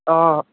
অঁ